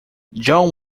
john